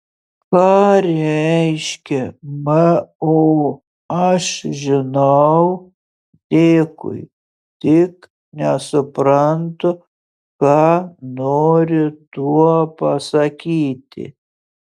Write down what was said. ką reiškia mo aš žinau dėkui tik nesuprantu ką nori tuo pasakyti